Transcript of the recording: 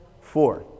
Four